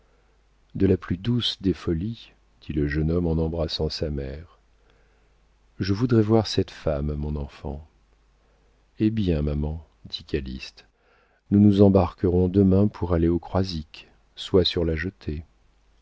de la plus douce des folies dit le jeune homme en embrassant sa mère je voudrais voir cette femme mon enfant hé bien maman dit calyste nous nous embarquerons demain pour aller au croisic sois sur la jetée